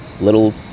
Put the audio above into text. little